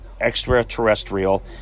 extraterrestrial